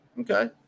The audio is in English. okay